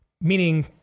meaning